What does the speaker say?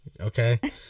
okay